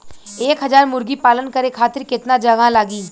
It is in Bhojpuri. एक हज़ार मुर्गी पालन करे खातिर केतना जगह लागी?